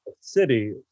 City